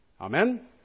Amen